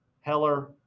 Heller